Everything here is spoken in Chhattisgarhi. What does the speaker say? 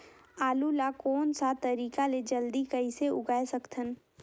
आलू ला कोन सा तरीका ले जल्दी कइसे उगाय सकथन?